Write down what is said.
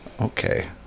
okay